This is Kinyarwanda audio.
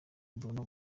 bruno